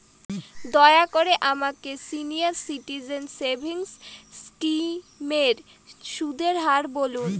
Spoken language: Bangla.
দয়া করে আমাকে সিনিয়র সিটিজেন সেভিংস স্কিমের সুদের হার বলুন